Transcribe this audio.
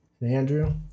Andrew